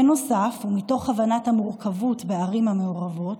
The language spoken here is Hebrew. בנוסף, ומתוך הבנת המורכבות בערים המעורבות,